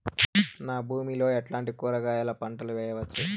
నా భూమి లో ఎట్లాంటి కూరగాయల పంటలు వేయవచ్చు?